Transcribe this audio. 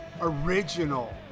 original